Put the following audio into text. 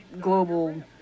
global